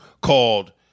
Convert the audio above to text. called